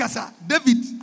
David